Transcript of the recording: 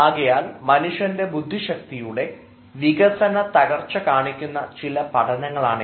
അതിനാൽ മനുഷ്യന്റെ ബുദ്ധിശക്തിയുടെ വികസന തകർച്ച കാണിക്കുന്ന ചില പഠനങ്ങളാണിവ